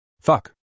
Fuck